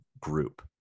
group